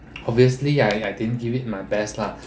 obviously I I didn't give it my best lah